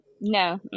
No